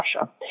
Russia